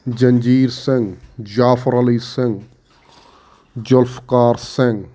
Zanjeer Singh Jafar Ali Singh Zulfikar Singh